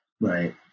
right